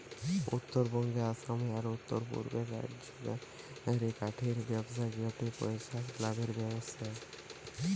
উত্তরবঙ্গে, আসামে, আর উততরপূর্বের রাজ্যগা রে কাঠের ব্যবসা গটে পইসা লাভের ব্যবসা